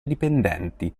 dipendenti